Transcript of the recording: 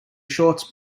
shorts